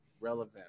relevant